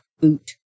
boot